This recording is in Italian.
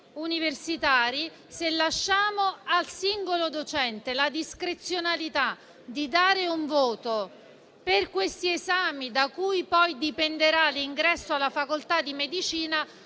universitari, se lasciamo al singolo docente la discrezionalità di dare un voto per questi esami, da cui poi dipenderà l'ingresso alla facoltà di medicina,